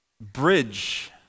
bridge